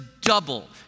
double